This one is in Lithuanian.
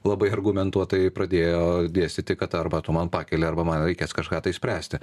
labai argumentuotai pradėjo dėstyti kad arba tu man pakeli arba man reikės kažką tai spręsti